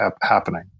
happening